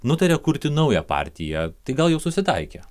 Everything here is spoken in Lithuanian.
nutarė kurti naują partiją tai gal jau susitaikė